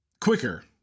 quicker